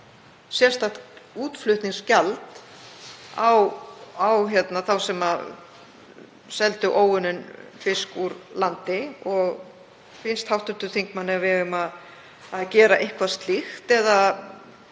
sérstakt útflutningsgjald á þá sem seldu óunninn fisk úr landi. Finnst hv. þingmanni að við eigum að gera eitthvað slíkt? Eða